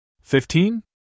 Fifteen